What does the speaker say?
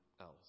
else